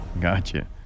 Gotcha